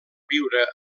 viure